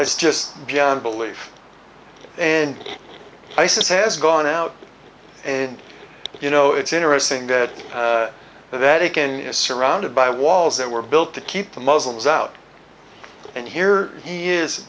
it's just beyond belief and isis has gone out and you know it's interesting that that akin is surrounded by walls that were built to keep the muslims out and here he is